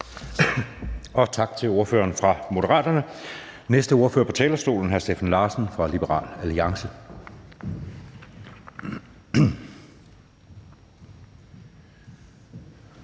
Tak til ordføreren for Moderaterne. Næste ordfører på talerstolen er hr. Steffen Larsen fra Liberal Alliance.